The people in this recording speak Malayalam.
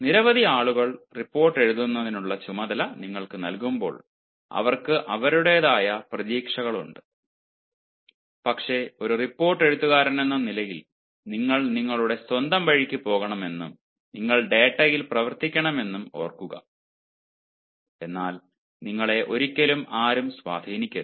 നിരവധി ആളുകൾ റിപ്പോർട്ട് എഴുതുന്നതിനുള്ള ചുമതല നിങ്ങൾക്ക് നൽകുമ്പോൾ അവർക്ക് അവരുടെതായ പ്രതീക്ഷകളുണ്ട് പക്ഷേ ഒരു റിപ്പോർട്ട് എഴുത്തുകാരനെന്ന നിലയിൽ നിങ്ങൾ നിങ്ങളുടെ സ്വന്തം വഴിക്ക് പോകണമെന്നും നിങ്ങൾ ഡാറ്റയിൽ പ്രവർത്തിക്കണമെന്നും ഓർക്കുക എന്നാൽ നിങ്ങളെ ഒരിക്കലും ആരും സ്വാധീനിക്കരുത്